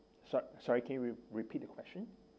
sorry sorry can you re~ repeat the question